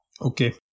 Okay